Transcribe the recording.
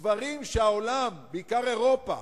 דברים שהעולם, בעיקר אירופה